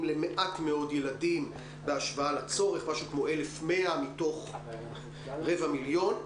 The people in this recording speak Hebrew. למעט מאוד ילדים בהשוואה לצורך משהו כמו 1,100 מתוך רבע מיליון,